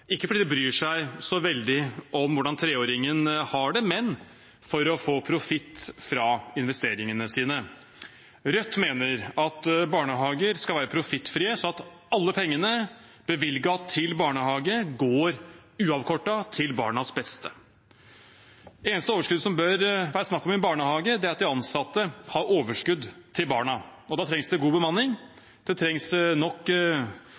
ikke fordi de bryr seg så veldig om hvordan 3-åringen har det, men for å få profitt fra investeringene sine. Rødt mener at barnehager skal være profittfrie, sånn at alle pengene bevilget til barnehage går uavkortet til barnas beste. Det eneste overskuddet som det bør være snakk om i en barnehage, er at de ansatte har overskudd til barna. Da trengs det god bemanning, det trengs nok